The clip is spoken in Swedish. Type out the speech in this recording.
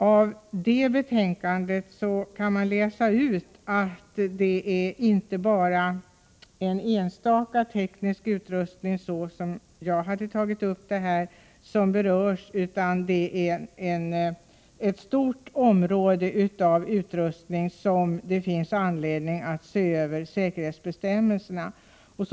Av betänkandet kan man läsa ut att det inte bara är enstaka teknisk utrustning — som jag hade tagit upp — som berörs, utan att det är ett stort område som det finns anledning att se över säkerhetsbestämmelserna för.